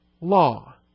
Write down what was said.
law